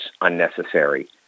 unnecessary